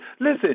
Listen